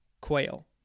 quail